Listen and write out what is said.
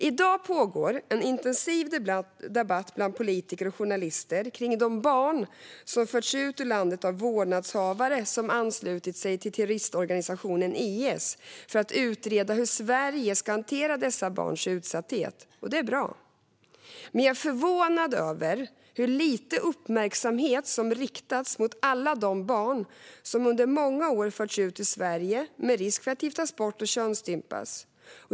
I dag pågår en intensiv debatt bland politiker och journalister kring de barn som förts ut ur landet av vårdnadshavare som anslutit sig till terroristorganisationen IS - det handlar om att utreda hur Sverige ska hantera dessa barns utsatthet. Det är bra, men jag är förvånad över hur lite uppmärksamhet som riktats mot alla de barn som under många år förts ut ur Sverige med risk för att giftas bort och könsstympas.